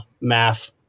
Math